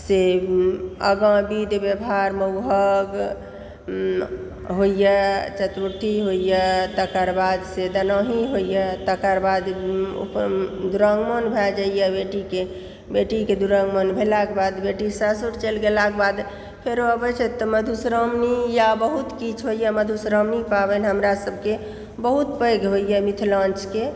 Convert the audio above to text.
से आगा विध व्यवहार महुहक होइया चतुर्थी होइया तकर बाद से दहनही होइया तकर बाद दुरागमन भए जाइया बेटीकेँ बेटीकेँ दुरागमन भेलाके बाद बेटी सासुर चलि गेलाके बाद फेरो अबै छथि तऽ मधुश्रावणी या बहुत किछु होइया मधुश्रावणी पाबनि हमरा सभकेँ बहुत पैघ होइया मिथिलाके